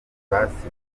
basizwe